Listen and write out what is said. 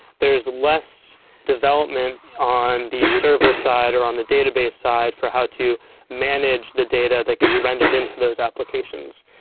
there is less development on the server side or on the database side for how to manage the data that gets rendered into those applications.